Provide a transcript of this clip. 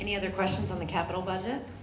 any other questions on the capital that